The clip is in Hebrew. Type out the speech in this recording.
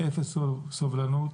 אפס סובלנות,